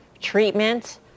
treatment